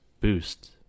boost